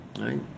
right